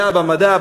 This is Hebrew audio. במדע,